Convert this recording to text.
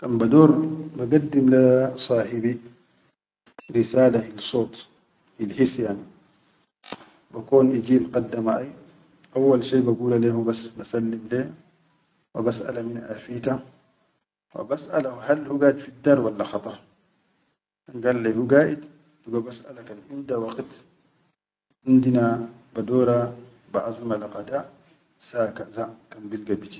Kan bador bagaddim le sahibi risala hil sot hil his yani bakon iji il qadda maʼai awwal shai bagula le hubas basallim le, wa basaʼala min afita wa basaʼala hal hu gaid fiddar walla khadar, kan gal lai hu gaid dugo basʼala kan inda waqit indina badora baʼazima le qada saʼa kaza kan bilga.